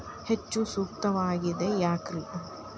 ಹೆಚ್ಚು ಸೂಕ್ತವಾಗಿದೆ ಯಾಕ್ರಿ?